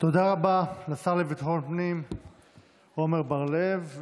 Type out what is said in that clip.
תודה לשר לביטחון הפנים עמר בר לב,